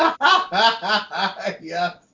Yes